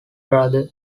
brother